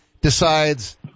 decides